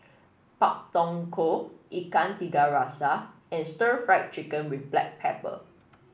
Pak Thong Ko Ikan Tiga Rasa and Stir Fried Chicken with Black Pepper